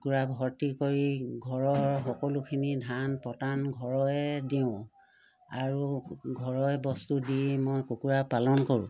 কুকুৰা ভৰ্তি কৰি ঘৰৰ সকলোখিনি ধান পটান ঘৰৰে দিওঁ আৰু ঘৰৰে বস্তু দি মই কুকুৰা পালন কৰোঁ